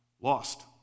lost